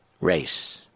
Race